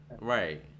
Right